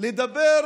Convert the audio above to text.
לדבר